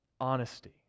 honesty